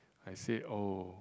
I say oh